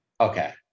okay